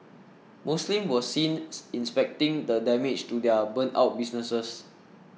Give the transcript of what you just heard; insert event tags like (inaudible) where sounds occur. Muslims were seen (noise) inspecting the damage to their burnt out businesses